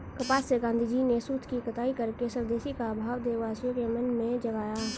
कपास से गाँधीजी ने सूत की कताई करके स्वदेशी का भाव देशवासियों के मन में जगाया